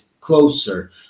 closer